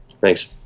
Thanks